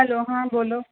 hello હાં બોલો